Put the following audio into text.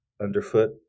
underfoot